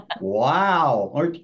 Wow